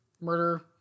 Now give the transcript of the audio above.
murder